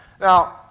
Now